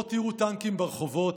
לא תראו טנקים ברחובות,